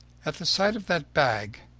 at the sight of that bag,